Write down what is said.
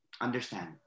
Understand